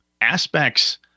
aspects